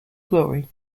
glory